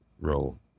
roll